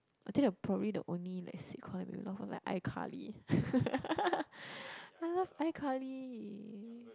I think you're probably the only like sick colleague will laugh at my iCarly I love iCarly